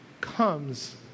comes